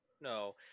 no